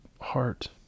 heart